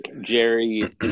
Jerry